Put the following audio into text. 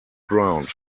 ground